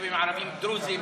ביישובים הערביים-דרוזיים,